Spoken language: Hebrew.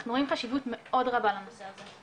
אנחנו רואים חשיבות מאוד רבה לנושא הזה,